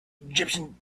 egyptian